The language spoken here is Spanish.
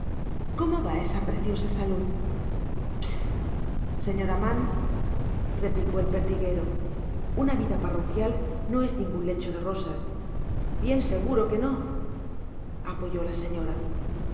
cómo yá esa preciosa salud psi psi señora mann replico el pertiguero una vida parroquial no es ningun lecho de rosas bien seguro que no apoyó la señora